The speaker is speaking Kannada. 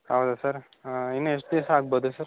ಹೌದಾ ಸರ್ ಹಾಂ ಇನ್ನು ಎಷ್ಟು ದಿವಸ ಆಗ್ಬೋದು ಸರ್